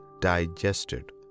digested